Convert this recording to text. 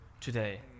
today